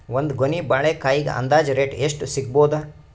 ಒಂದ್ ಗೊನಿ ಬಾಳೆಕಾಯಿಗ ಅಂದಾಜ ರೇಟ್ ಎಷ್ಟು ಸಿಗಬೋದ?